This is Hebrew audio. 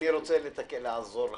אני רוצה לעזור לך.